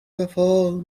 وفا